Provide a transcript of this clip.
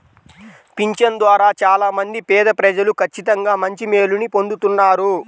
పింఛను ద్వారా చాలా మంది పేదప్రజలు ఖచ్చితంగా మంచి మేలుని పొందుతున్నారు